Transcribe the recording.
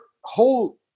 whole